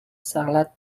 sarlat